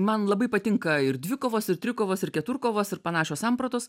man labai patinka ir dvikovos ir trikovos ir keturkovos ir panašios sampratos